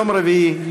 ביום רביעי,